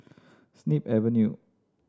Snip Avenue